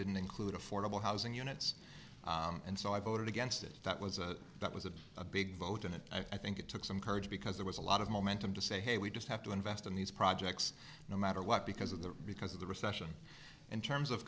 didn't include affordable housing units and so i voted against it that was a that was a big vote and i think it took some courage because there was a lot of momentum to say hey we just have to invest in these projects no matter what because of the because of the recession in terms of